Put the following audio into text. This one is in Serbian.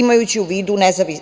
Imajući u vidu